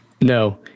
No